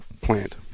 plant